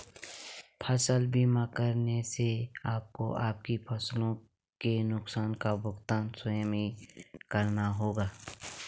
फसल बीमा कराने से आपको आपकी फसलों के नुकसान का भुगतान स्वयं नहीं करना होगा